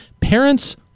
parents